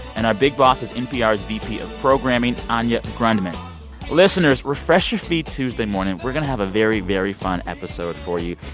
and our big boss is npr's vp of programming, anya grundmann listeners, refresh your feed tuesday morning. we're going to have a very, very fun episode for you.